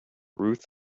ruth